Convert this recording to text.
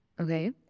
okay